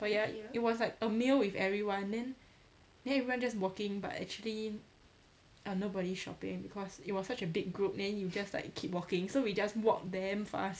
but ya it was like a meal with everyone then then everyone just walking but actually err nobody shopping because it was such a big group then we just like keep walking so we just walk damn fast